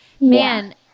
Man